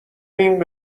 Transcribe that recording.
این